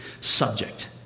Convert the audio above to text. subject